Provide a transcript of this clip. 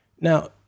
Now